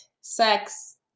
sex